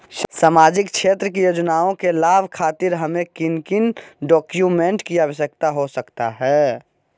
सामाजिक क्षेत्र की योजनाओं के लाभ खातिर हमें किन किन डॉक्यूमेंट की आवश्यकता हो सकता है?